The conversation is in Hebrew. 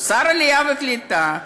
או שר העלייה והקליטה,